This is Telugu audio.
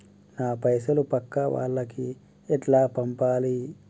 నా పైసలు పక్కా వాళ్లకి ఎట్లా పంపాలి?